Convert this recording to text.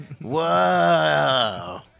Whoa